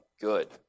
good